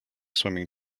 swimming